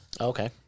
Okay